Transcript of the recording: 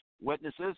witnesses